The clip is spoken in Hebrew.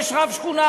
יש רב שכונה,